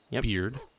beard